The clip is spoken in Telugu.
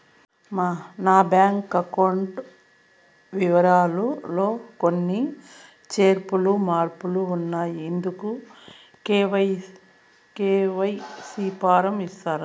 నా బ్యాంకు అకౌంట్ వివరాలు లో కొన్ని చేర్పులు మార్పులు ఉన్నాయి, ఇందుకు కె.వై.సి ఫారం ఇస్తారా?